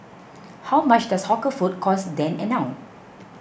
how much does hawker food cost then and now